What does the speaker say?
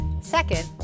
Second